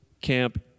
camp